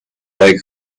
like